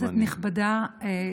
כנסת נכבדה,